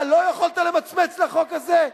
מה, לא יכולת למצמץ לחוק הזה?